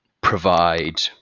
provide